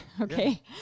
okay